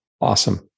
Awesome